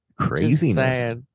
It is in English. craziness